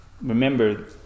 remember